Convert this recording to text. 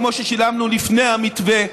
כמו ששילמנו לפני המתווה,